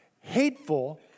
hateful